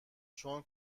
چون